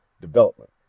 development